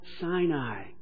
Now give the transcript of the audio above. Sinai